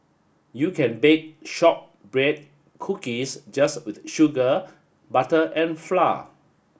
you can bake shortbread cookies just with sugar butter and flour